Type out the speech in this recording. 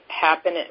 happen